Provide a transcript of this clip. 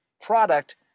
product